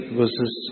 verses